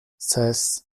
ses